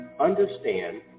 understand